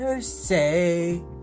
say